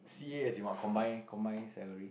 C A as in what combine combine salary